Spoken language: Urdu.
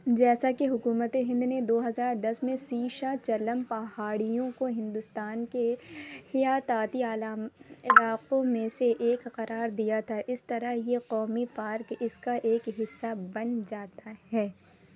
جیسا کہ حکومت ہند نے دو ہزار دس میں سیشا چلم پہاڑیوں کو ہندوستان کے حیاتاتی علام علاقوں میں سے ایک قرار دیا تھا اس طرح یہ قومی پارک اس کا ایک حصہ بن جاتا ہے